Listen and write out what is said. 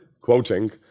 quoting